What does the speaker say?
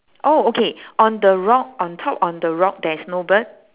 oh okay on the rock on top on the rock there is no bird